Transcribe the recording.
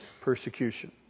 persecution